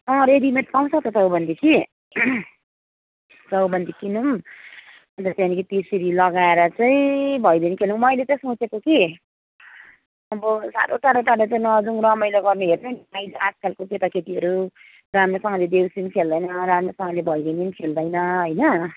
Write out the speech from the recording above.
अँ रेडिमेड पाउँछ त चौबन्दी कि चौबन्दी किनौँ अन्त त्यहाँदेखि त्यसरी लगाएर चाहिँ भैलिनी खेलौँ मैले चाहिँ सोचेको कि अब साह्रो टाढो टाढो त नजाऊँ रमाइलो गर्नु हेर्नु पनि आजकलको केटाकाटीहरू राम्रोसँगले देउसी पनि खेल्दैन राम्रोसँगले भैलिनी पनि खेल्दैन होइन